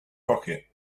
pocket